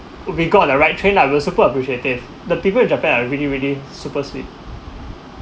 we got the right train lah we were supper appreciative the people in japan are really really super sweet